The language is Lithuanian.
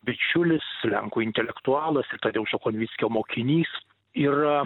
bičiulis lenkų intelektualas ir tadeušo konvickio mokinys yra